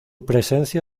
presencia